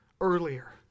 earlier